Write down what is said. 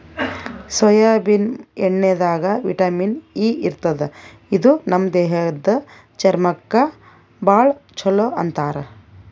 soybean ಎಣ್ಣಿದಾಗ್ vitamin E ಇರ್ತದ್ ಇದು ನಮ್ ದೇಹದ್ದ್ ಚರ್ಮಕ್ಕಾ ಭಾಳ್ ಛಲೋ ಅಂತಾರ್